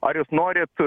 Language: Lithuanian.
ar jūs norit